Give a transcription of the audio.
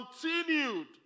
continued